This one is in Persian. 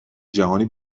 جهانی